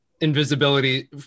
invisibility